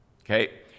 okay